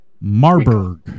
Marburg